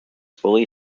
fully